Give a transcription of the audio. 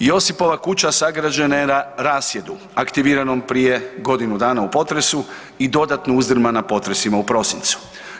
Josipova kuća sagrađena je na rasjedu, aktiviranom prije godinu dana u potresu i dodatno uzdrmana potresima u prosincu.